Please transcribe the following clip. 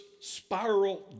spiral